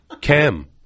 Cam